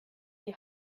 die